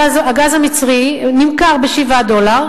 הגז המצרי נמכר ב-7 דולרים,